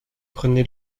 prenez